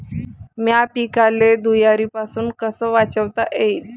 माह्या पिकाले धुयारीपासुन कस वाचवता येईन?